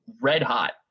red-hot